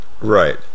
Right